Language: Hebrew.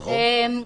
נכון?